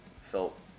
felt